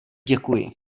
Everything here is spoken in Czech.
děkuji